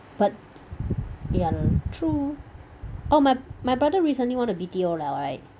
but ya lor true oh my my brother recently want to B_T_O liao right